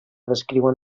descriuen